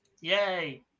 Yay